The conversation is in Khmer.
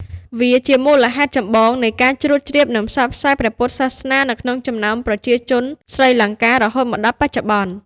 វាជាមូលហេតុចម្បងនៃការជ្រួតជ្រាប និងផ្សព្វផ្សាយព្រះពុទ្ធសាសនានៅក្នុងចំណោមប្រជាជនស្រីលង្កា រហូតមកដល់បច្ចុប្បន្ន។